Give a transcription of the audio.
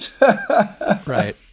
Right